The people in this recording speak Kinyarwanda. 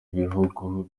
ibihugu